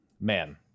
Man